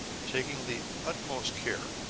taking the utmost care,